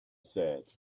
said